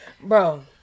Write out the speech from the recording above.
Bro